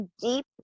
deep